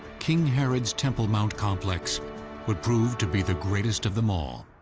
king herod's temple mount complex would prove to be the greatest of them all.